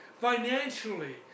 financially